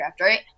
right